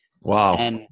Wow